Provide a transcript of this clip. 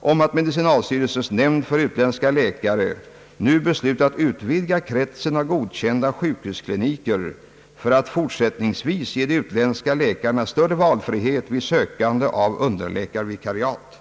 om att medicinalstyrelsens nämnd för utländska läkare beslutat utvidga kretsen av godkända sjukhuskliniker för att fortsättningsvis ge de utländska läkarna större valfrihet vid sökandet av underläkarvikariat.